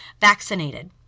vaccinated